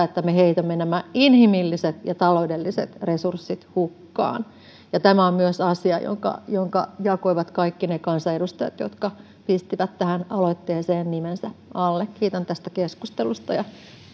että me heitämme nämä inhimilliset ja taloudelliset resurssit hukkaan tämä on myös asia jonka jonka jakoivat kaikki ne kansanedustajat jotka pistivät tähän aloitteeseen nimensä alle kiitän tästä keskustelusta ja